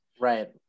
Right